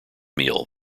meal